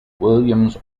williams